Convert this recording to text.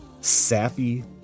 sappy